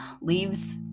leaves